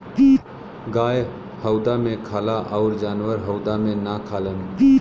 गाय हउदा मे खाला अउर जानवर हउदा मे ना खालन